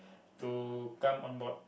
to come on board